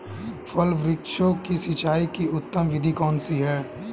फल वृक्षों की सिंचाई की उत्तम विधि कौन सी है?